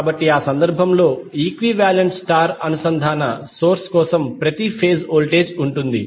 కాబట్టి ఆ సందర్భంలో ఈక్వివాలెంట్ స్టార్ అనుసంధాన సోర్స్ కోసం ప్రతి ఫేజ్ వోల్టేజ్ ఉంటుంది